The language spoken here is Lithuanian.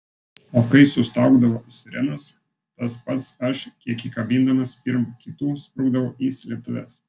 o kai sustaugdavo sirenos tas pats aš kiek įkabindamas pirm kitų sprukdavau į slėptuves